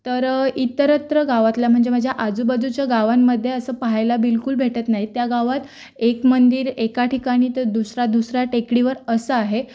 तर इतरत्र गावातल्या म्हणजे माझ्या आजूबाजूच्या गावांमध्ये असं पहायला बिलकुल भेटत नाही त्या गावात एक मंदिर एका ठिकाणी तर दुसरा दुसऱ्या टेकडीवर असं आहे